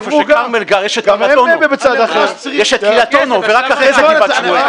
איפה שכרמל גר יש את קרית אונו ורק אחרי גבעת שמואל,